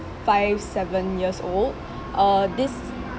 five seven years old uh this